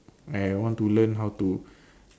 and I want to learn how to